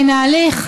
מן ההליך,